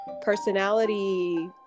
personality